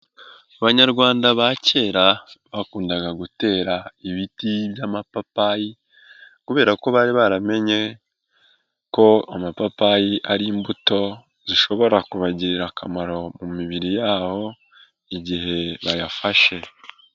Abanyarwanda ba kera bakundaga gutera ibiti by'amapapayi kubera ko bari baramenye ko amapapayi ari imbuto zishobora kubagirira akamaro mu mibiri yabo igihe bayafashe.